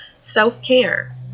self-care